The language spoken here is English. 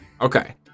Okay